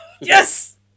Yes